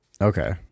Okay